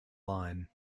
line